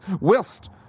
whilst